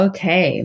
Okay